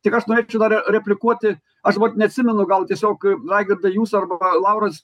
tik aš norėčiau dar replikuoti aš vat neatsimenu gal tiesiog raigardai jūs arba lauras